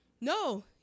no